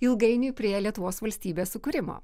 ilgainiui prie lietuvos valstybės sukūrimo